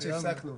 צודק.